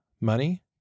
money